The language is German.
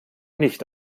nicht